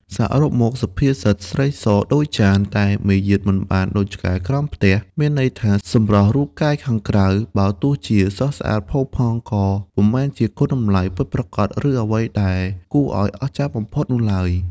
សរុបមក សុភាសិត "ស្រីសដូចចាន តែមាយាទមិនបានដូចឆ្កែក្រោមផ្ទះ" មានន័យថា សម្រស់រូបកាយខាងក្រៅ បើទោះជាស្រស់ស្អាតផូរផង់ ក៏ពុំមែនជាគុណតម្លៃពិតប្រាកដ ឬអ្វីដែលគួរឱ្យអស្ចារ្យបំផុតនោះឡើយ។